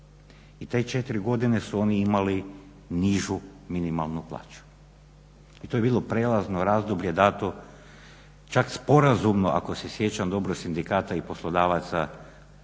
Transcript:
i te 4 godine su oni imali nižu minimalnu plaću. I to je bilo prelazno razdoblje dato čak sporazumno ako se sjećam dobro sindikata i poslodavaca